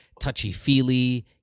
touchy-feely